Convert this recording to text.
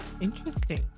Interesting